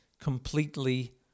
completely